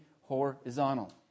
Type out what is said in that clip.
horizontal